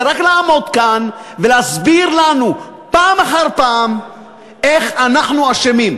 זה רק לעמוד פה ולהסביר לנו פעם אחר פעם איך אנחנו אשמים.